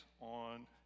on